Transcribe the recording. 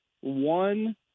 one